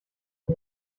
sie